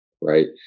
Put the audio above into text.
Right